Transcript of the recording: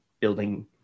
building